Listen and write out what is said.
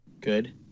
good